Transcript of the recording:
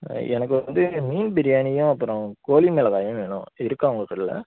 எனக்கு வந்து மீன் பிரியாணியும் அப்புறம் கோழி மிளகாயும் வேணும் இருக்கா உங்க கடையில